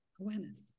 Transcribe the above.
awareness